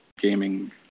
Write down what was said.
gaming